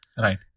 Right